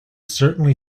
certainly